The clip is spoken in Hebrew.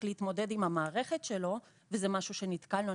להתמודד עם המערכת שלו וזה משהו שנתקלנו בו.